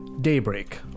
Daybreak